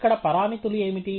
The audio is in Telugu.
ఇక్కడ పరామితులు ఏమిటి